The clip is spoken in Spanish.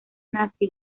nazi